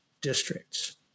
districts